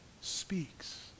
speaks